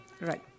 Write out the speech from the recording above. right